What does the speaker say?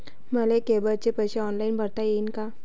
मले केबलचे पैसे ऑनलाईन भरता येईन का?